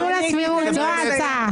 הסבירות זו ההצעה.